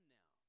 now